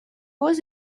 was